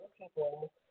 people